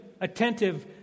attentive